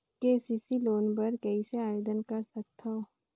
KCC loan बर कइसे आवेदन कर सकथव?